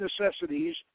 necessities